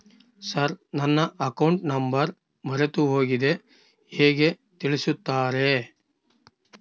Sir ನನ್ನ account number ಮರೆತುಹೋಗಿದೆ ಹೇಗೆ ತಿಳಿಸುತ್ತಾರೆ?